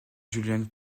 julian